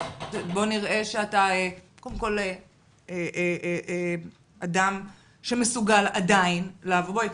בוא נראה שאתה קודם כל אדם שמסוגל עדיין לעבוד.